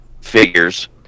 figures